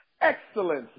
excellence